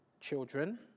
Children